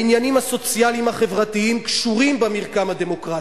העניינים הסוציאליים החברתיים קשורים במרקם הדמוקרטי.